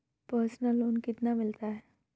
Personal loan कितना मिलता है?